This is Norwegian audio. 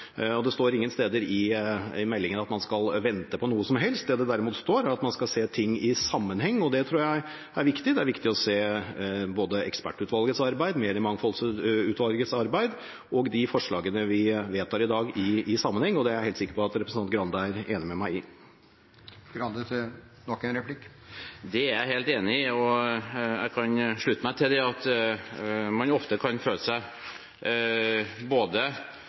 Det står ingen steder i meldingen at man skal vente på noe som helst. Det det derimot står, er at man skal se ting i sammenheng. Det tror jeg er viktig – det er viktig å se både ekspertutvalgets arbeid, mediemangfoldsutvalgets arbeid og de forslagene vi vedtar i dag, i sammenheng. Det er jeg helt sikker på at representanten Grande er enig med meg i. Det er jeg helt enig i. Og jeg kan slutte meg til dette at man ofte kan føle seg dradd i både